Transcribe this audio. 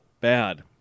bad